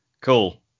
cool